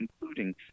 including